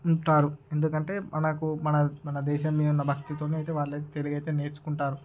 ఉంటారు ఎందుకంటే మనకు మన మన దేశం మీద ఉన్న భక్తితోనైతే వాళ్ళైతే తెలుగైతే నేర్చుకుంటారు